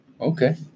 okay